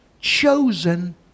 chosen